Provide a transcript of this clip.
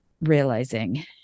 realizing